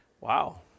Wow